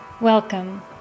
Welcome